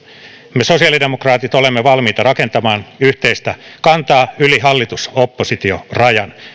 me sosiaalidemokraatit olemme valmiita rakentamaan yhteistä kantaa yli hallitus oppositio rajan